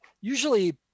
usually